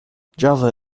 java